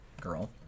girl